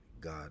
God